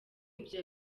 ibyo